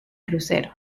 crucero